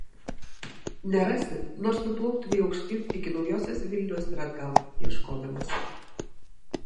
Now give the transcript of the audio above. nerasi nors nuplauktumei aukštyn iki naujosios vilnios ir atgal ieškodamas